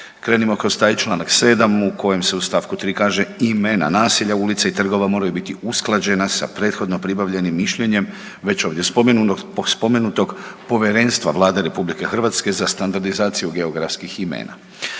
Krenimo kroz taj čl. 7. u kojem se u st. 3. kaže imena naselja, ulica i trgova moraju biti usklađena sa prethodno pribavljenim mišljenjem već ovdje spomenutog Povjerenstva Vlade RH za standardizaciju geografskih imena.